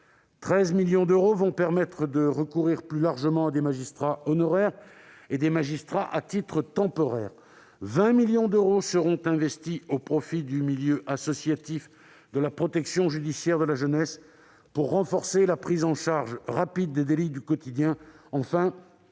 13 millions d'euros permettra de recourir plus largement à des magistrats honoraires et à des magistrats à titre temporaire et 20 millions d'euros seront investis au profit du milieu associatif de la protection judiciaire de la jeunesse, pour renforcer la prise en charge rapide des délits du quotidien. Enfin,